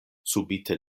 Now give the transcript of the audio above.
subite